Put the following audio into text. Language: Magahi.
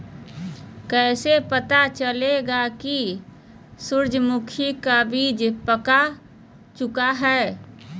कैसे पता चलेगा की सूरजमुखी का बिज पाक चूका है?